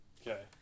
Okay